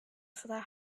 their